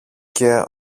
και